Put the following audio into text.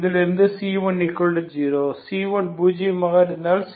c1 பூஜ்யமாக இருந்தால் c20